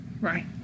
Right